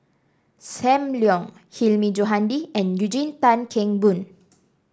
Sam Leong Hilmi Johandi and Eugene Tan Kheng Boon